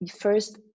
first